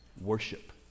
Worship